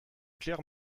clair